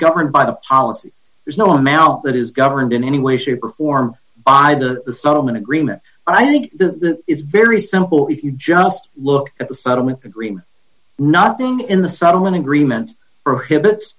governed by a policy there's no amount that is governed in any way shape or form i had a settlement agreement i think the it's very simple if you just look at the settlement agreement not being in the settlement agreement prohibits